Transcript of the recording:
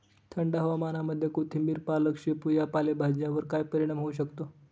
थंड हवामानामध्ये कोथिंबिर, पालक, शेपू या पालेभाज्यांवर काय परिणाम होऊ शकतो?